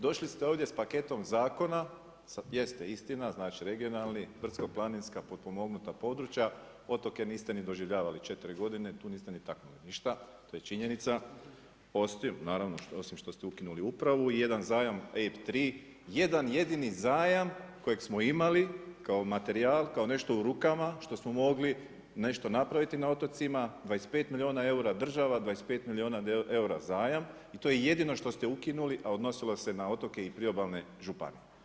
Došli ste ovdje sa paketom zakona, jeste, istina, regionalni, brdsko-planinska, potpomognuta područja, otoke niste ni doživljavali 4 godine, tu niste ni taknuli ništa, to je činjenica, naravno osim što se ukinuli upravu i jedan zajam … jedan jedini zajam kojeg smo imali kao materijal, kao nešto u rukama što smo mogli nešto napraviti na otocima, 25 milijuna eura država, 25 milijuna eura zajam i to jedino što ste ukinuli a odnosila se na otoke i priobalne županije.